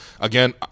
Again